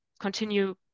continue